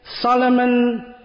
Solomon